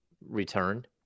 return